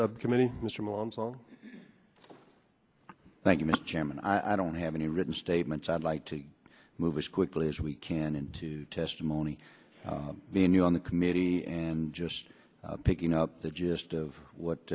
subcommittee mr moms on thank you mr chairman i don't have any written statements i'd like to move as quickly as we can into testimony being you on the committee and just picking up the gist of what